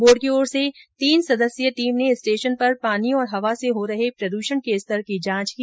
board की ओर से तीन सदस्यीय टीम ने स्टेशन पर पानी और हवा से हो रहे प्रदूषण के स्तर की जांच की